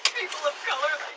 people of color